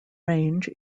range